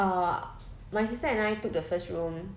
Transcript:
uh my sister and I took the first room